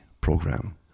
program